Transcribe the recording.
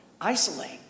Isolate